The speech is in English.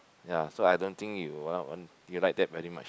ya so I don't think you'll want you like that very much